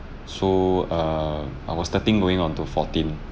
so err I was thirteen going on to fourteen